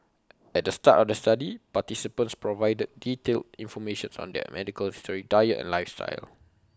at the start of the study participants provided detailed information on their medical history diet and lifestyle